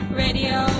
radio